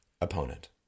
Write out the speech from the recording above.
opponent